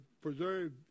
preserve